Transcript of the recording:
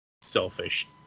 selfish